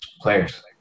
players